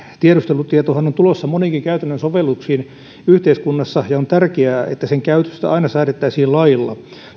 tiedustelutietohan on tulossa moniinkin käytännön sovelluksiin yhteiskunnassa ja on tärkeää että sen käytöstä aina säädettäisiin lailla